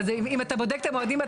אתה צודק.